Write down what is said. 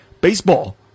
baseball